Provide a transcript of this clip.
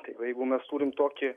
tai va jeigu mes turim tokį